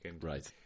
Right